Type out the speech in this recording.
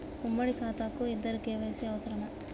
ఉమ్మడి ఖాతా కు ఇద్దరు కే.వై.సీ అవసరమా?